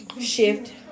shift